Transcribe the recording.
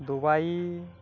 Dubai